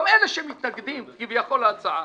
גם אלה שמתנגדים כביכול להצעה,